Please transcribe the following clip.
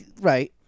Right